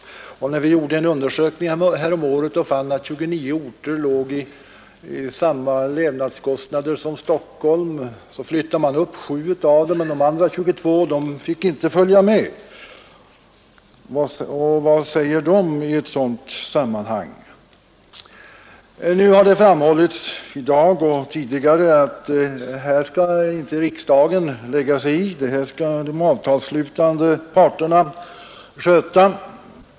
När vi gjorde en undersökning häromåret och fann att 29 orter låg på samma levnadskostnader som Stockholm, flyttades sju av dessa orter upp men de övriga 22 fick inte följa med. Vad säger de anställda i de orterna om detta? Nu har det framhållits, både i dag och tidigare, att riksdagen inte skall lägga sig i denna fråga, utan det skall de avtalsslutande parterna sköta.